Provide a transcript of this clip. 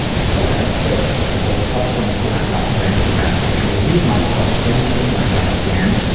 i felt i'd failed. i woke up from a blackout and ran to the bathroom to relieve myself, only to blackout again,